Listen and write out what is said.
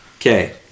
Okay